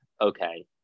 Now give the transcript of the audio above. Okay